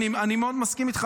אני מאוד מסכים איתך,